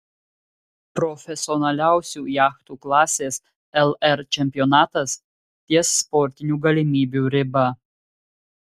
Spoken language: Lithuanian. profesionaliausių jachtų klasės lr čempionatas ties sportinių galimybių riba